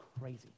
crazy